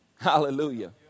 Hallelujah